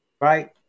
right